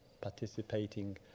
participating